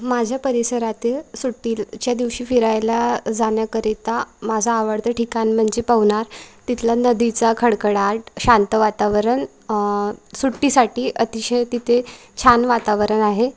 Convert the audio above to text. माझ्या परिसरातील सुट्टीच्या दिवशी फिरायला जाण्याकरिता माझं आवडतं ठिकाण म्हणजे पवनार तिथला नदीचा खळखळाट शांत वातावरण सुट्टीसाठी अतिशय तिथे छान वातावरण आहे